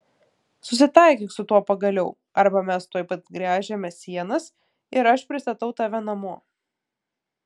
susitaikyk su tuo pagaliau arba mes tuoj pat gręžiame ienas ir aš pristatau tave namo